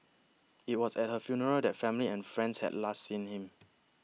it was at her funeral that family and friends had last seen him